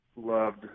loved